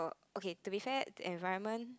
okay to be fair the environment